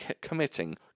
committing